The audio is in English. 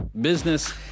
business